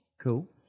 Cool